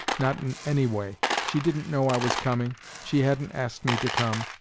not in any way. she didn't know i was coming she hadn't asked me to come.